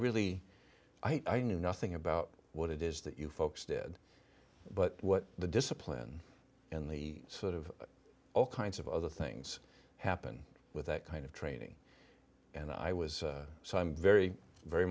really i knew nothing about what it is that you folks did but what the discipline in the sort of all kinds of other things happen with that kind of training and i was so i'm very very